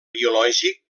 biològic